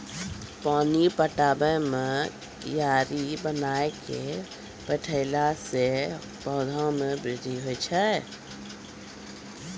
पानी पटाबै मे कियारी बनाय कै पठैला से पौधा मे बृद्धि होय छै?